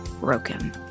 broken